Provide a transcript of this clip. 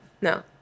no